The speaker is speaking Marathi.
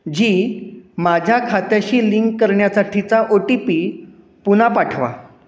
झी माझ्या खात्याशी लिंक करण्यासाठीचा ओ टी पी पुन्हा पाठवा